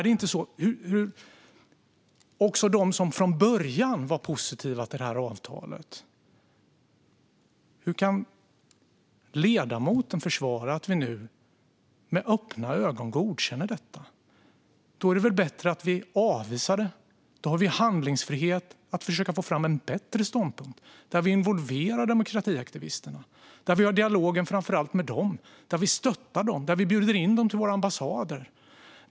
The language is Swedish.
Det gäller också dem som från början var positiva till avtalet. Hur kan ledamoten försvara att vi nu med öppna ögon godkänner detta? Då är det bättre att vi avvisar det. Då har vi handlingsfrihet att försöka få fram en bättre ståndpunkt, där vi involverar demokratiaktivisterna. Då kan vi ha dialogen framför allt med dem och stötta dem och bjuda in dem till våra ambassader.